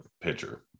pitcher